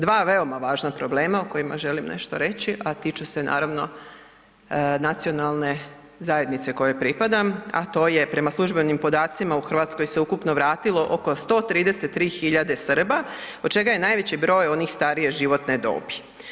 Dva veoma važna problema o kojima želim nešto reći, a tiču se naravno nacionalne zajednice kojoj pripadam, a to je prema službenim podacima u Hrvatsku se ukupno vratilo oko 133.000 Srba od čega je najveći broj onih starije životne dobi.